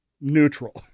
neutral